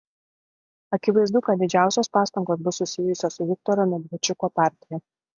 akivaizdu kad didžiausios pastangos bus susijusios su viktoro medvedčiuko partija